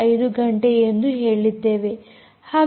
5 ಗಂಟೆ ಎಂದು ಹೇಳಿದ್ದೇವೆ